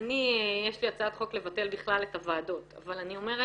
לי הצעת חוק לבטל בכלל את הוועדות אבל אני אומרת,